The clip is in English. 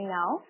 now